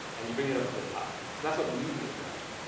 and you bring it up to the top. so that's what median does.